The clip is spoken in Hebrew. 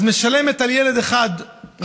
אז היא משלמת על ילד אחד רגיל,